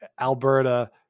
alberta